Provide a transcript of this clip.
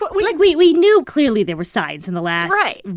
but we. like, we we knew, clearly, there were signs in the last. right.